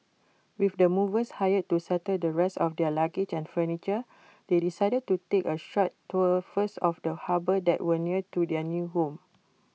with the movers hired to settle the rest of their luggage and furniture they decided to take A short tour first of the harbour that was near to their new home